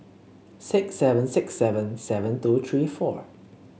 six seven six seven seven two three four